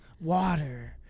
Water